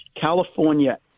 California